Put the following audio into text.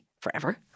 forever